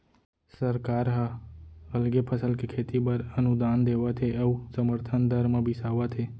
सरकार ह अलगे फसल के खेती बर अनुदान देवत हे अउ समरथन दर म बिसावत हे